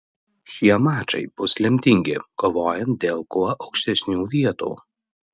šie mačai bus lemtingi kovojant dėl kuo aukštesnių vietų